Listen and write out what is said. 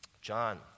John